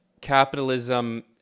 capitalism